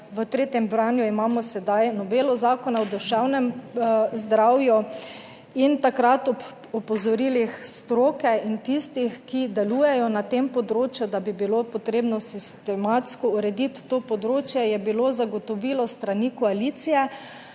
v tretjem branju imamo sedaj novelo Zakona o duševnem zdravju in takrat ob opozorilih stroke in tistih, ki delujejo na tem področju, da bi bilo potrebno sistematsko urediti to področje je bilo zagotovilo s strani koalicije,